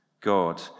God